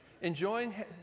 enjoying